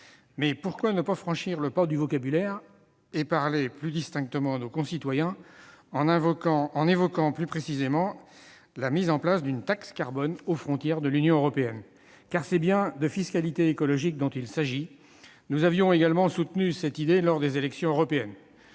mais pourquoi ne pas parler plus distinctement à nos concitoyens et évoquer plus précisément la mise en place d'une taxe carbone aux frontières de l'Union européenne ? Car c'est bien de fiscalité écologique qu'il s'agit. Nous avions nous aussi soutenu cette idée lors des élections européennes.